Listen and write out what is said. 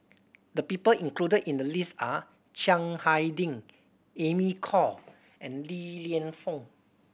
the people included in the list are Chiang Hai Ding Amy Khor and Li Lienfung